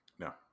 No